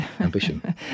ambition